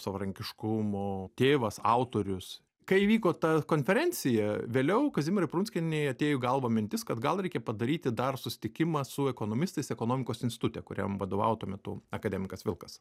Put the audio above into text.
savarankiškumo tėvas autorius kai vyko ta konferencija vėliau kazimierai prunskienei atėjo į galvą mintis kad gal reikia padaryti dar susitikimą su ekonomistais ekonomikos institute kuriam vadovavo tuo metu akademikas vilkas